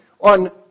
on